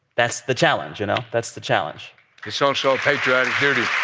that's the challenge, you know? that's the challenge it's also a patriotic duty